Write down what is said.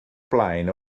blaen